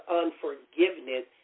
unforgiveness